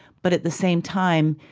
but at the same time,